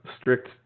strict